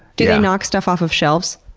do they knock stuff off of shelves?